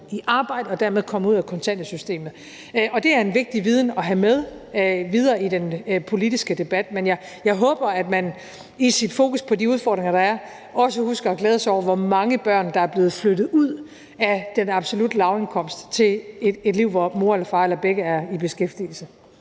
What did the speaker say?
i arbejde og dermed kommet ud af kontanthjælpssystemet, og det er en vigtig viden at have med videre i den politiske debat. Men jeg håber, at man i sit fokus på de udfordringer, der er, også husker at glæde sig over, hvor mange børn der er blevet flyttet ud af den gruppe med absolut lavindkomst til et liv, hvor mor eller far eller begge er i beskæftigelse.